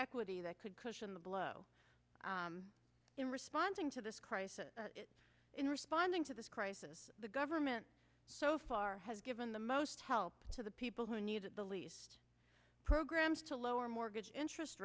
equity that could cushion the blow in responding to this crisis in responding to this crisis the government so far has given the most help to the people who need it the least programs to lower mortgage interest